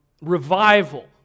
Revival